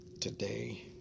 today